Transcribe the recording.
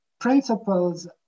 principles